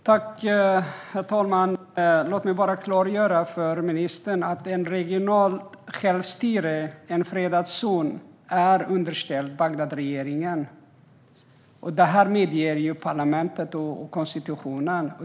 Herr talman! Låt mig bara klargöra för ministern att ett regionalt självstyre, en fredad zon, är underställt Bagdadregeringen. Det här medger parlamentet och konstitutionen.